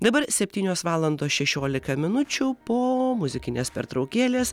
dabar septynios valandos šešiolika minučių poo muzikinės pertraukėlės